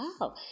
wow